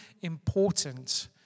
important